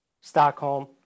Stockholm